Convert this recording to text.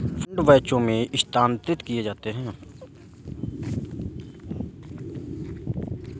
fund बैचों में स्थानांतरित किए जाते हैं